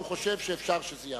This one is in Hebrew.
הוא חושב שאפשר שזה יעבור.